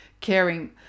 caring